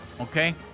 okay